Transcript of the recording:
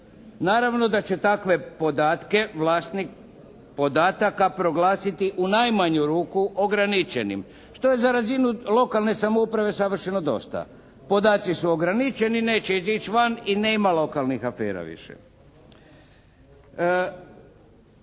Naravno da će takve podatke vlasnik podataka proglasiti u najmanju ruku ograničenim što je za razinu lokalne samouprave savršeno dosta. Podaci su ograničeni, neće izići van i nema lokalnih afera više.